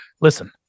Listen